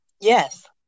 Yes